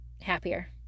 happier